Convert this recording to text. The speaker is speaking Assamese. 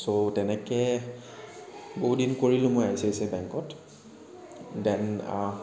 চ' তেনেকৈ বহুত দিন কৰিলোঁ মই I C I C I বেংকত দেন